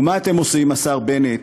ומה אתם עושים, השר בנט